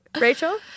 Rachel